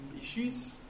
issues